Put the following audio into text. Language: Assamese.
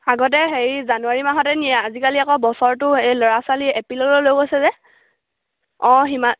আগতে হেৰি জানুৱাৰী মাহতে নিয়ে আজিকালি আকৌ বছৰটো এই ল'ৰা ছোৱালী এপ্ৰিললৈ লৈ গৈছে যে অঁ